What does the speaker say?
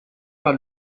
par